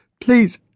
Please